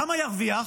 למה ירוויח?